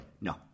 No